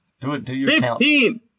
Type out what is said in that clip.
Fifteen